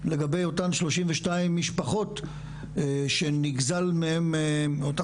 לגבי אותן 32 אלף משפחות שנגזל מהם אותו